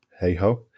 hey-ho